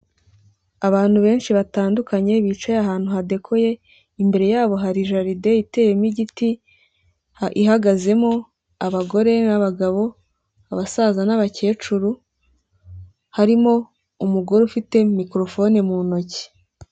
Abantu benshi batandukanye, bicaye ahantu hadekoye, imbere yabo hari jaride iteyemo igiti, ihagazemo abagore n'abagabo, abasaza n'abakecuru, harimo umugore ufite mikorofone mu ntoki.